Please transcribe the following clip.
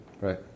Right